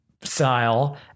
style